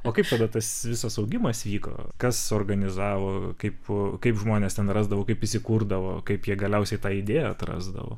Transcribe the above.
o kaip tada tas visas augimas vyko kas suorganizavo kaip kaip žmonės ten rasdavo kaip įsikurdavo kaip jie galiausiai tą idėją atrasdavo